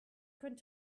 könnt